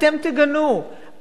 אתם תגנו,